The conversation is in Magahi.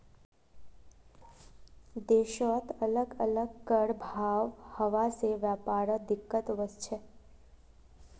देशत अलग अलग कर भाव हवा से व्यापारत दिक्कत वस्छे